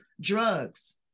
drugs